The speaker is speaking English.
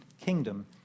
kingdom